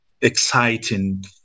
exciting